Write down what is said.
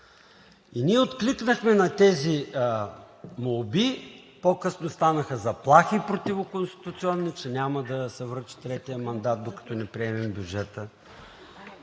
И ние откликнахме на тези молби, по-късно станаха заплахи – противоконституционни, че няма да се връчи третият мандат, докато не приемем бюджета.